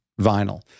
vinyl